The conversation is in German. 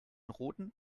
roten